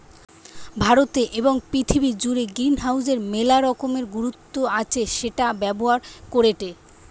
ভারতে এবং পৃথিবী জুড়ে গ্রিনহাউসের মেলা রকমের গুরুত্ব আছে সেটা ব্যবহার করেটে